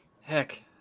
Heck